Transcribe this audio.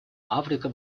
африка